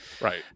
Right